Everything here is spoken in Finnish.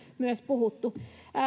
myös puhuttu